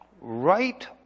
right